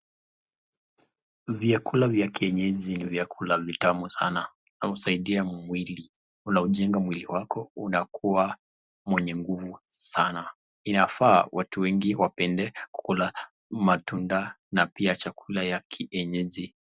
Vyakula vya kienyeji ni vyakula vitamu sana na husaidia mwili, unaujenga mwili wako unakuwa mwenye nguvu sana. Inafaa watu wengi wapende kukula matunda na pia chakula ya kienyeji.